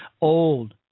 Old